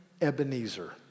Ebenezer